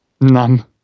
None